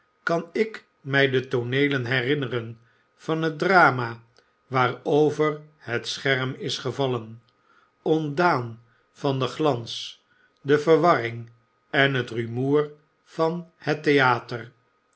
kan ik mij de tooneelen herinneren van het drama waarover het scherm is gevallen ontdaan van den glans de verwarring en het rumoer van het theater